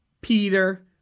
Peter